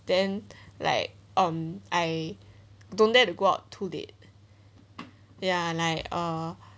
then like um I don't dare to go out too late ya like uh